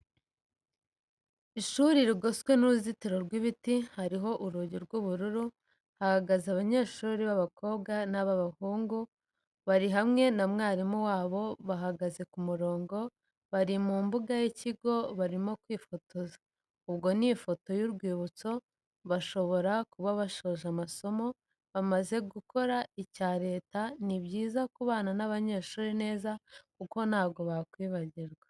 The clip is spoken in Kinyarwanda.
Ishuri rigoswe n'uruzitiro rw'ibiti hariho nurugi rw,ubururu hahagaze banyeshuri babakobwa n,ababahungu barihamwe namwarimu wabo bahagaze kumurongo bari mumbuga y'ikigo barimo kwifotoza ubwo n'ifoto y'urwibutso bashobora kuba bashoje amasomo bamaze gukora icya leta nibyiza kubana n'abanyeshuri neza kuko ntabwo bakwibagirwa.